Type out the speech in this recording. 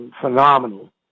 phenomenal